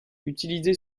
utilisé